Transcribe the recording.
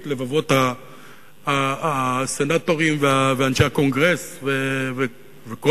את לבבות הסנטורים ואנשי הקונגרס וכל